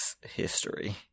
history